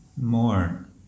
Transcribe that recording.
more